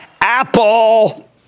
Apple